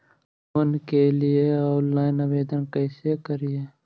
Loan के लिये online आवेदन कैसे करि?